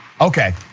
Okay